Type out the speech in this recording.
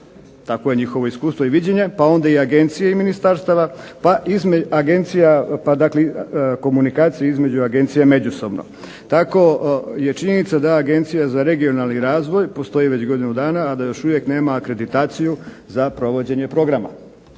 tako je njihovo iskustvo i viđenje, pa onda agencije i ministarstava, pa komunikacija između agencija međusobno. Tako je činjenica da Agencija za regionalni razvoj postoji već godinu dana, a da još uvijek nema akreditaciju za provođenje programa.